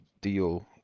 deal